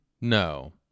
No